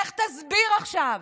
לך תסביר עכשיו